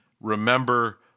Remember